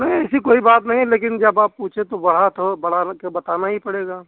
नहीं ऐसी कोई बात नहीं है लेकिन जब आप पूछें तो बढ़ा तो बढ़ानाकर बताना ही पड़ेगा